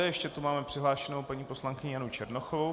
Ještě máme přihlášenou paní poslankyni Janu Černochovou.